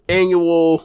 annual